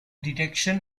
detection